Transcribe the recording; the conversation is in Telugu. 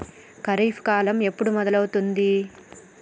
ఖరీఫ్ కాలం ఎప్పుడు మొదలవుతుంది?